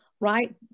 right